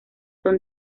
son